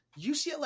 UCLA